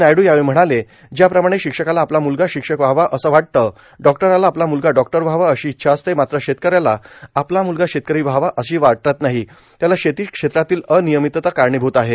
नायड् यावेळी म्हणाले ज्याप्रमाणे शिक्षकाला आपला मुलगा शिक्षक व्हावा असे वाटते डॉक्टरला आपला म्लगा डॉक्टर व्हावा अशी इच्छा असते मात्र शेतकऱ्याला आपला म्लगा शेतकरी व्हावा असे वाटत नाही त्याला शेती क्षेत्रातील अनियमितता कारणीभूत आहे